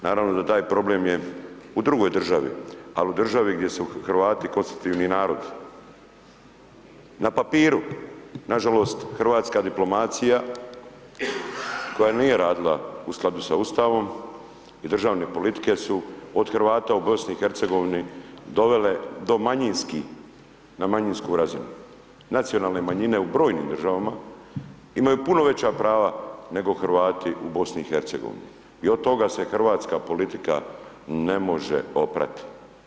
Naravno da taj problem je u drugoj državi, ali u državi gdje su Hrvati konstitutivni narod, na papiru, nažalost, hrvatska diplomacija, koja nije radila u skladu s Ustavom, i državne politike su od Hrvata u BIH, dovele na manijsku razinu, nacionalne manjine u brojnim državama imaju puno veća prava od Hrvata u BIH i od toga se hrvatska politika ne može oprati.